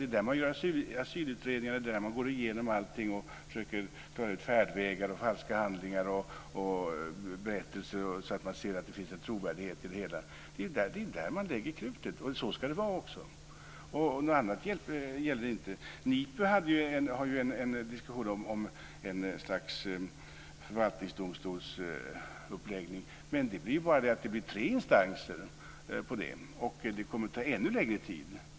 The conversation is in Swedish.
Det är på Migrationsverket som man gör asylutredningar, går igenom allting och försöker reda ut färdvägar, falska handlingar och berättelser för att se om det finns en trovärdighet i det hela. Det är där som man lägger krutet, och så ska det också vara. Någonting annat gäller inte. NIPU förde ju en diskussion om ett slags förvaltningsdomstol. Men då blir det ju tre instanser, och det kommer att ta ännu längre tid.